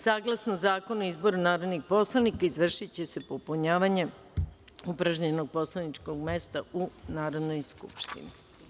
Saglasno Zakonu o izboru narodnih poslanika izvršiće se popunjavanje upražnjenog poslaničkog mesta u Narodnoj skupštini.